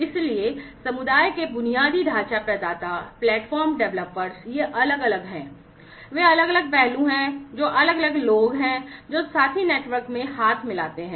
इसलिए समुदाय के बुनियादी ढांचा प्रदाता प्लेटफ़ॉर्म डेवलपर्स ये अलग अलग हैं वे अलग अलग पहलू हैं जो अलग अलग लोग हैं जो साथी नेटवर्क में हाथ मिलाते हैं